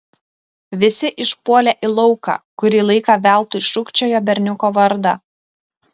visi išpuolė į lauką kurį laiką veltui šūkčiojo berniuko vardą